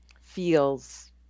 feels